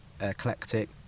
eclectic